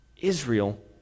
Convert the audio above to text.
Israel